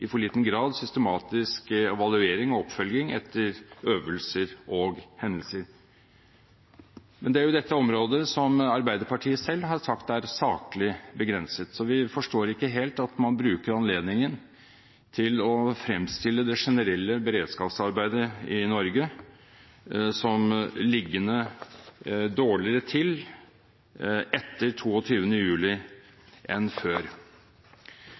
i for liten grad systematisk evaluering og oppfølging etter øvelser og hendelser. Men det er jo dette området som Arbeiderpartiet selv har sagt er saklig begrenset, så vi forstår ikke helt at man bruker anledningen til å fremstille det generelle beredskapsarbeidet i Norge som dårligere etter 22. juli enn før.